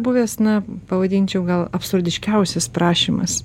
buvęs na pavadinčiau gal absurdiškiausias prašymas